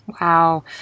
Wow